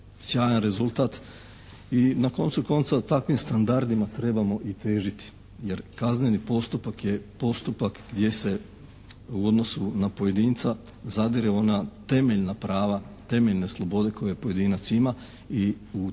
sjajan rezultat. I na koncu konca, takvim standardima trebamo i težiti jer kazneni postupak je postupak gdje se u odnosu na pojedinca zadire u ona temeljna prava, temeljne slobode koje pojedinac ima i u